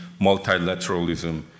multilateralism